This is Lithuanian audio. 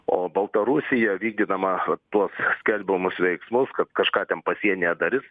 o baltarusija vykdydama tuos skelbiamus veiksmus kad kažką ten pasienyje darys